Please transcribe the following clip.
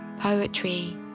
Poetry